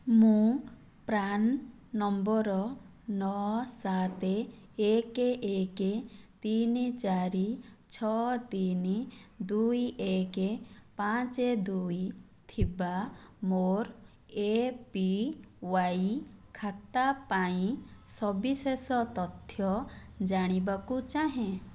ମୁଁ PRAN number ନଅ ସାତ ଏକ ଏକ ତିନି ଚାରି ଛଅ ତିନି ଦୁଇ ଏକ ପାଞ୍ଚ ଦୁଇ ଥିବା ମୋର ଏ ପି ୱାଇ ଖାତା ପାଇଁ ସବିଶେଷ ତଥ୍ୟ ଜାଣିବାକୁ ଚାହେଁ